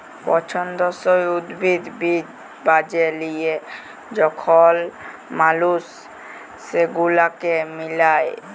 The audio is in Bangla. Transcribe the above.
পছল্দসই উদ্ভিদ, বীজ বাছে লিয়ে যখল মালুস সেগুলাকে মিলায়